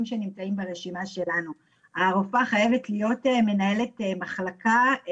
שנמצאים ברשימה שלנו.." הרופאה חייבת להיות מנהלת מחלקה.